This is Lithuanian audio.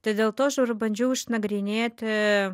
tai dėl to aš ir bandžiau išnagrinėti